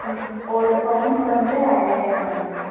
ம் ஒரு பவுனுக்கு வந்து ஐயாயிருவாயிங்க